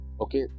okay